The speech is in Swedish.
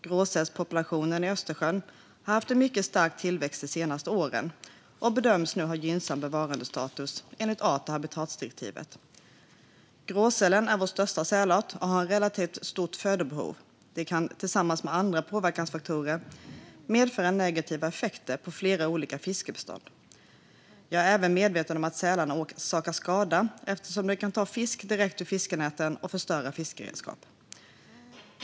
Gråsälspopulationen i Östersjön har haft en mycket stark tillväxt de senaste åren och bedöms nu ha gynnsam bevarandestatus enligt art och habitatdirektivet. Gråsälen är vår största sälart och har ett relativt stort födobehov. Det kan tillsammans med andra påverkansfaktorer medföra negativa effekter på flera olika fiskbestånd. Jag är även medveten om att sälarna orsakar skada eftersom de kan ta fisk direkt ur fiskenäten och förstöra fiskeredskap.